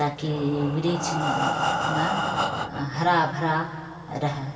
ताकि वृक्षमे हरा भरा रहैए